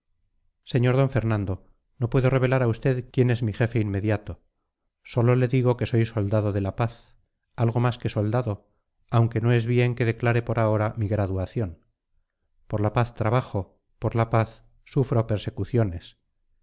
sr d fernando no puedo revelar a usted quién es mi jefe inmediato sólo le digo que soy soldado de la paz algo más que soldado aunque no es bien que declare por ahora mi graduación por la paz trabajo por la paz sufro persecuciones